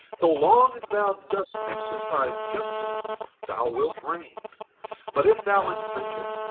so long as thou dost exercise justice thou wilt reign but if thou infringe it,